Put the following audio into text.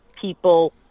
people